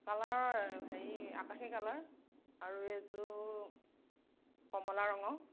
colour হেৰি আকাশী colour আৰু এযোৰ কমলা ৰঙৰ